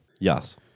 Yes